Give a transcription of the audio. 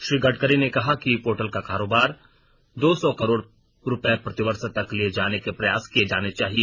श्री गडकरी ने कहा कि ई पोर्टल का कारोबार दो सौ करोड़ रुपये प्रतिवर्ष तक लिये जाने के प्रयास किये जाने चाहिए